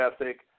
ethic